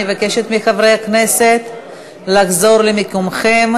אני מבקשת מחברי הכנסת לחזור למקומם.